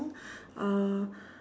uh